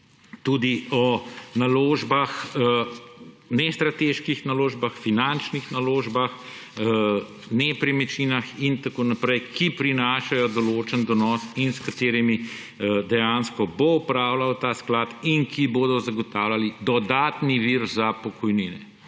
tudi o nestrateških naložbah, finančnih naložbah, nepremičninah in tako naprej, ki prinašajo določen donos in s katerimi dejansko bo upravljal ta sklad in ki bodo zagotavljali dodaten vir za pokojnine,